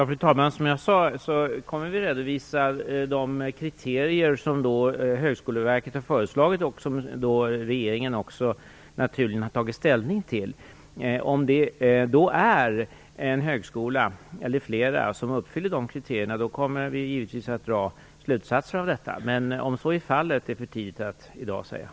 Fru talman! Som jag sade, kommer vi att redovisa de kriterier som Högskoleverket har föreslagit och som regeringen också då naturligen har tagit ställning till. Om det då är en högskola eller flera högskolor som uppfyller de kriterierna kommer vi givetvis att dra slutsatser om detta. Om så är fallet är det för tidigt att säga i dag.